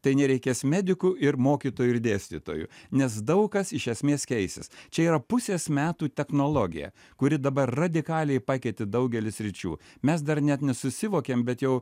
tai nereikės medikų ir mokytojų ir dėstytojų nes daug kas iš esmės keisis čia yra pusės metų technologija kuri dabar radikaliai pakeitė daugelį sričių mes dar net nesusivokėm bet jau